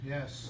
Yes